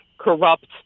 corrupt